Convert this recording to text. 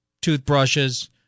toothbrushes